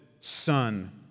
Son